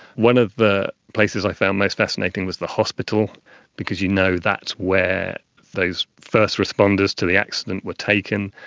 one of the places i found most fascinating was the hospital because you know that's where those first responders to the accident were taken,